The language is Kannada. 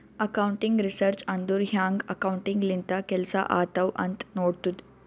ಅಕೌಂಟಿಂಗ್ ರಿಸರ್ಚ್ ಅಂದುರ್ ಹ್ಯಾಂಗ್ ಅಕೌಂಟಿಂಗ್ ಲಿಂತ ಕೆಲ್ಸಾ ಆತ್ತಾವ್ ಅಂತ್ ನೋಡ್ತುದ್